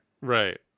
Right